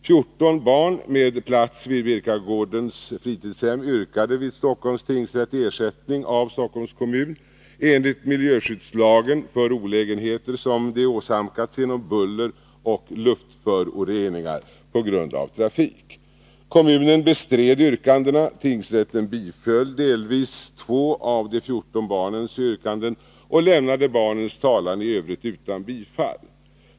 14 barn med plats vid Birkagårdens fritidshem yrkade vid Stockholms tingsrätt ersättning av Stockholms kommun enligt miljöskyddslagen för olägenheter som de åsamkats genom buller och luftföroreningar på grund av trafik. Kommunen bestred yrkandena. Tingsrätten biföll delvis två av de 14 barnens yrkanden och lämnade barnens talan i övrigt utan bifall.